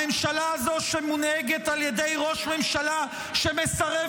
הממשלה הזו שמונהגת על ידי ראש ממשלה שמסרב